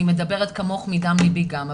אני מדברת כמוך מדם ליבי גם.